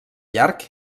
llarg